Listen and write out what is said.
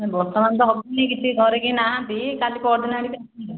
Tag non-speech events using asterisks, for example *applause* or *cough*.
ବର୍ତ୍ତମାନ ତ ହେବନି କିଛି ଘରେ କେହି ନାହାନ୍ତି କାଲି ପହରିଦିନ ଆଡ଼ିକି *unintelligible*